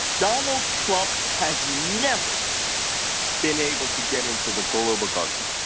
donald trump has never been able to get into the globigarchy.